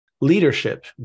Leadership